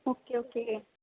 okay okay